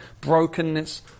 brokenness